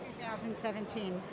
2017